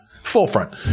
forefront